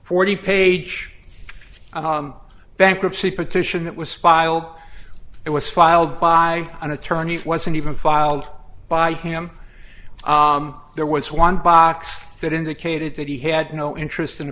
forty page bankruptcy petition that was spiled it was filed by an attorney it wasn't even filed by him there was one box that indicated that he had no interest in